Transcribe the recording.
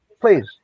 please